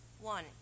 One